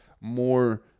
more